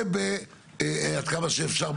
ועד כמה שאפשר,